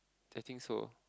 I think so